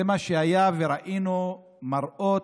זה מה שהיה, וראינו מראות.